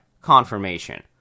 Confirmation